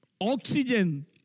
oxygen